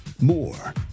More